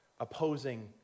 opposing